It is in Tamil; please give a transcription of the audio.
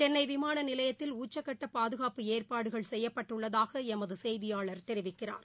சென்னைவிமானநிலையத்தில் உச்சக்கட்டபாதுகாப்பு ஏற்பாடுகள் செய்யப்பட்டுள்ளதாகஎமதுசெய்தியாளர் தெரிவிக்கிறார்